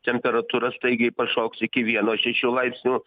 temperatūra staigiai pašoks iki vieno šešių laipsnių